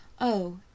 Oh